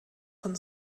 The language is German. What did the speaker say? von